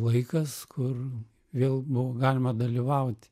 laikas kur vėl buvo galima dalyvaut